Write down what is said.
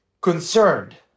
concerned